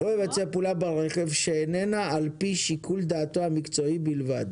"לא יבצע פעולה ברכב שאיננה על פי שיקול דעתו המקצועי בלבד".